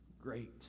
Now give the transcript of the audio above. great